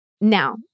Now